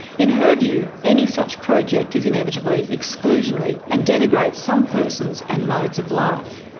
in her view, any such project is inevitably exclusionary and denigrates some persons and modes of life.